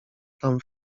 tam